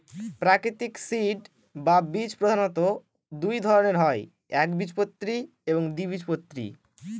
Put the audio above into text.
প্রাকৃতিক সিড বা বীজ প্রধানত দুই ধরনের হয় একবীজপত্রী এবং দ্বিবীজপত্রী